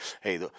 Hey